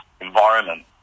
environment